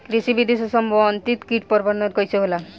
कृषि विधि से समन्वित कीट प्रबंधन कइसे होला?